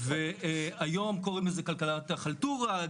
היום קוראים לזה כלכלת החלטורה,